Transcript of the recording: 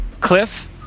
cliff